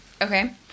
Okay